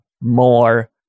more